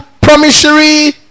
promissory